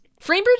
Framebridge